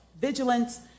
vigilance